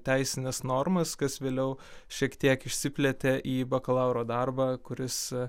teisines normas kas vėliau šiek tiek išsiplėtė į bakalauro darbą kuris